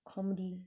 comedy